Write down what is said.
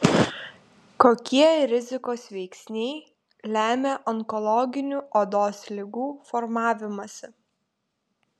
kokie rizikos veiksniai lemia onkologinių odos ligų formavimąsi